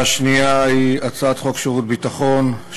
והשנייה היא הצעת חוק שירות ביטחון (תיקון